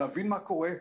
להבין מה קורה.